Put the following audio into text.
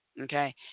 okay